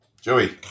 Joey